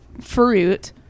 fruit